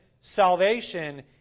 salvation